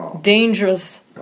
dangerous